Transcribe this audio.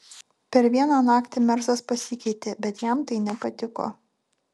per vieną naktį mersas pasikeitė bet jam tai nepatiko